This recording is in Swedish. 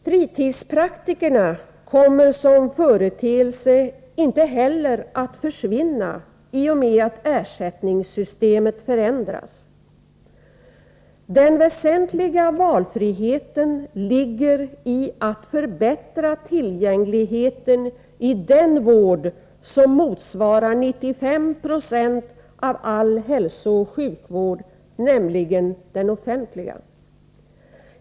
Fritidspraktikerna kommer som företeelse inte heller att försvinna i och med att ersättningssystemet förändras. Den väsentliga valfriheten ligger i att förbättra tillgängligheten i den vård som motsvarar 95 90 av all hälsooch sjukvård, nämligen den offentliga.